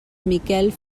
miquel